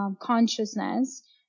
consciousness